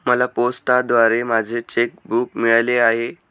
मला पोस्टाद्वारे माझे चेक बूक मिळाले आहे